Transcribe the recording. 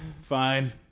Fine